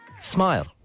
smile